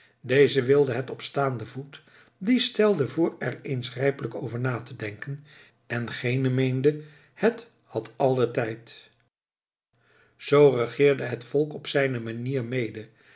deze wilde het op staanden voet die stelde voor er eens rijpelijk over na te denken en gene meende het had al den tijd z regeerde het volk op zijne manier mede